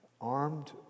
armed